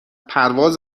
پرواز